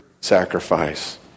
sacrifice